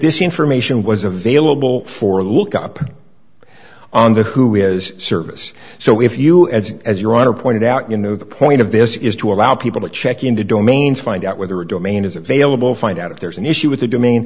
this information was available for look up on the who is service so if you as as your honor pointed out you know the point of this is to allow people to check into domains find out whether a domain is available find out if there's an issue with the doma